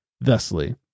Thusly